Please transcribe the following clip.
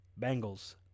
Bengals